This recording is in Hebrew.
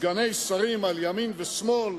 סגני שרים על ימין ועל שמאל,